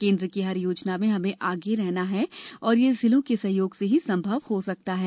केंद्र की हर योजना में हमें आगे रहना है और यह जिलों के सहयोग से ही संभव हो सकता है